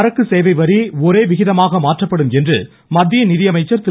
சரக்கு சேவை வரி ஒரே விகிதமாக மாற்றப்படும் என்று மத்திய நிதியமைச்சர் திரு